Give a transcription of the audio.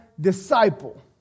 disciple